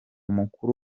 mukuru